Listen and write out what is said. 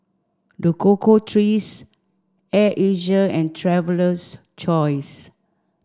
The Cocoa Trees Air Asia and Traveler's Choice